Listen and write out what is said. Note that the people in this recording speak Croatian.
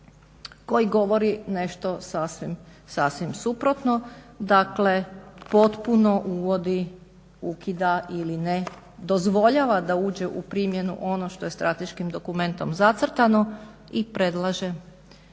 koji govori nešto sasvim, sasvim suprotno. Dakle, potpuno uvodi, ukida ili ne dozvoljava da uđe u primjenu ono što je strateškim dokumentom zacrtano i predlaže